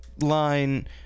line